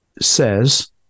says